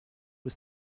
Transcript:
was